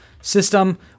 system